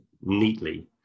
neatly